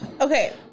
Okay